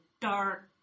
dark